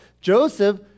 Joseph